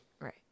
Right